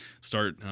start